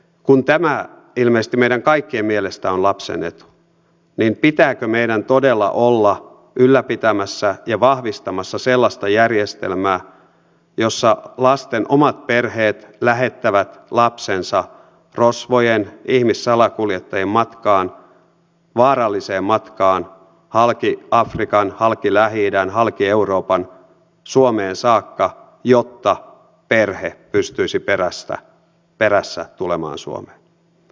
kun tämä ilmeisesti meidän kaikkien mielestä on lapsen etu niin pitääkö meidän todella olla ylläpitämässä ja vahvistamassa sellaista järjestelmää jossa lasten omat perheet lähettävät lapsensa rosvojen ihmissalakuljettajien matkaan vaaralliseen matkaan halki afrikan halki lähi idän halki euroopan suomeen saakka jotta perhe pystyisi perässä tulemaan suomeen